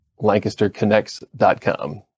LancasterConnects.com